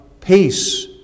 peace